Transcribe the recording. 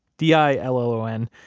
d i l l o n,